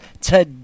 today